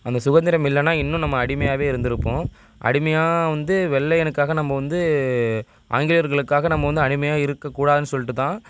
அந்த சுதந்திரம் இல்லைன்னா இன்னும் நம்ம அடிமையாகவே இருந்திருப்போம் அடிமையாக வந்து வெள்ளையனுக்காக நம்ம வந்து ஆங்கிலேயர்களுக்காக நம்ம வந்து அடிமையாக இருக்கக்கூடாதுன்னு சொல்லிட்டு தான்